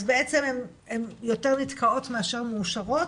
אז בעצם הם יותר נתקעות מאשר מאושרות,